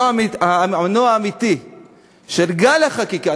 המנוע האמיתי של גל החקיקה,